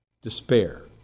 despair